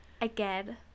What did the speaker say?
Again